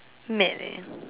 mad eh